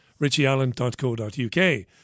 richieallen.co.uk